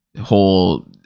whole